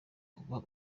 uba